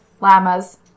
llamas